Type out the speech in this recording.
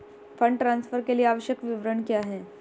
Fund transfer के लिए आवश्यक विवरण क्या हैं?